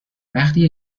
وقتی